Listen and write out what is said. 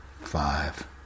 five